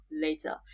later